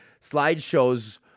slideshows